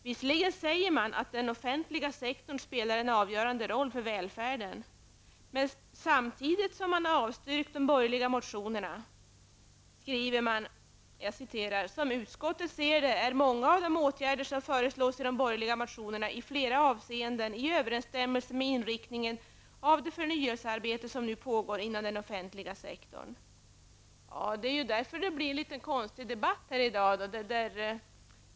Visserligen säger man att den offentliga sektorn spelar en avgörande roll för välfärden, men samtidigt som man avstyrker de borgerliga motionerna skriver man: ''Som utskottet ser det är många av de åtgärder som föreslås i de borgerliga motionerna i flera avseenden i överensstämmelse med inriktningen av det förnyelsearbete som nu pågår inom den offentliga sektorn.'' Därför blir det en något konstig debatt i dag.